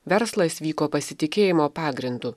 verslas vyko pasitikėjimo pagrindu